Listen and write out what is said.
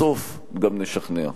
בסוף גם נשכנע.